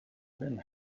been